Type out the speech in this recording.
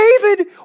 David